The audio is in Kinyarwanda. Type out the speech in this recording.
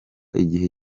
igihe